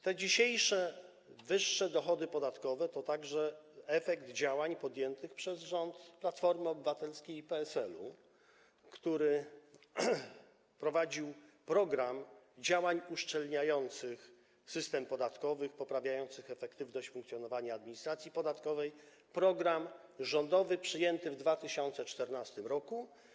Te dzisiejsze wyższe dochody podatkowe to także efekt działań podjętych przez rząd Platformy Obywatelskiej i PSL-u, który prowadził rządowy program działań uszczelniających system podatkowy i poprawiających efektywność funkcjonowania administracji podatkowej przyjęty w 2014 r.